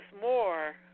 more